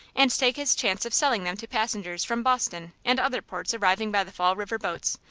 and take his chance of selling them to passengers from boston and others ports arriving by the fall river boats,